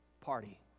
party